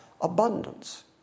abundance